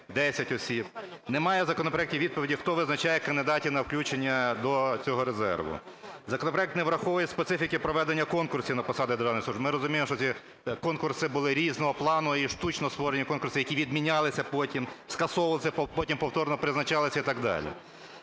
осіб. Немає у законопроекті відповіді, хто визначає кандидатів на включення до цього резерву. Законопроект не враховує специфіки проведення конкурсів на посади державної служби. Ми розуміємо, що ці конкурси були різного плану і штучно створені конкурси, які відмінялися, скасовувалися, потім повторно призначалися і так далі.